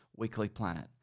weeklyplanet